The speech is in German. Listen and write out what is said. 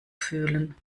fühlen